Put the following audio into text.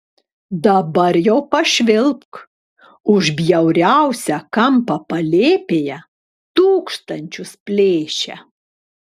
dabar jau pašvilpk už bjauriausią kampą palėpėje tūkstančius plėšia